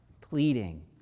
pleading